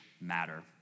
matter